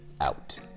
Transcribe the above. out